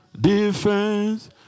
defense